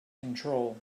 control